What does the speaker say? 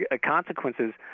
consequences